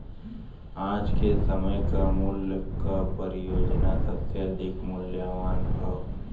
आज के समय क मूल्य क परियोजना सबसे अधिक मूल्यवान हौ